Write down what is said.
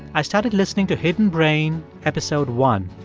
i started listening to hidden brain episode one.